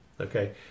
Okay